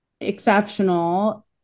exceptional